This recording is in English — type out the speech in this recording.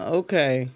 okay